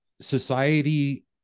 society